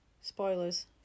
spoilers